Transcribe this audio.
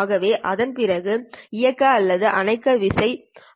ஆகவே அதன்பிறகு இயக்க அல்லது அணைக்க விசை